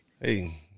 hey